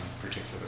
particular